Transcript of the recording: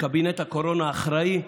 וקבינט הקורונה האחראי,